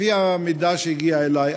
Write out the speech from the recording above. לפי המידע שהגיע אלי,